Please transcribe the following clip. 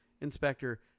inspector